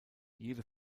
jede